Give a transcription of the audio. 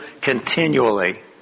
continually